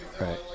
Right